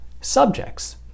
subjects